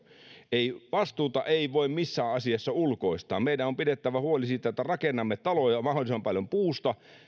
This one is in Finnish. vastuuta ei voi missään asiassa ulkoistaa meidän on pidettävä huoli siitä että rakennamme taloja mahdollisimman paljon puusta